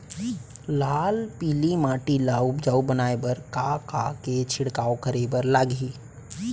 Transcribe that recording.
लाल पीली माटी ला उपजाऊ बनाए बर का का के छिड़काव करे बर लागही?